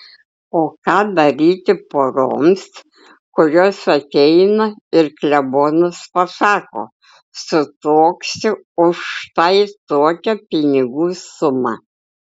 o ką daryti poroms kurios ateina ir klebonas pasako sutuoksiu už štai tokią pinigų sumą